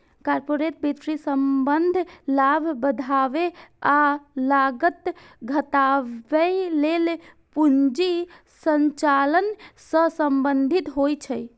corporate वित्तक संबंध लाभ बढ़ाबै आ लागत घटाबै लेल पूंजी संचालन सं संबंधित होइ छै